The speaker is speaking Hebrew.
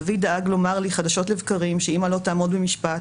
אבי דאג לומר לי חדשות לבקרים שאימא לא תעמוד במשפט,